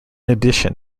addition